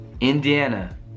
Indiana